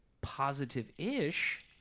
positive-ish